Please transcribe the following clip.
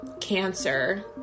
cancer